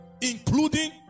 including